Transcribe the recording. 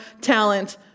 talent